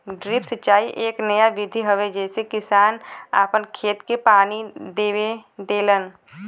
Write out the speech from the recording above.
drip सिंचाई एक नया विधि हवे जेसे किसान आपन खेत के पानी देलन